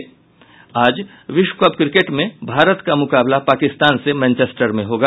आज विश्व cup cricket में भारत का मुकाबला पाकिस्तान से मैनचेस्टर में होगा